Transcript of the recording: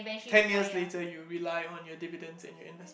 ten years later you rely on your dividends and your investment